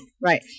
right